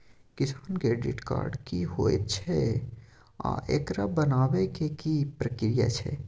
किसान credit card की होयत छै आ एकरा बनाबै के की प्रक्रिया छै?